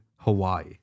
hawaii